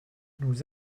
nous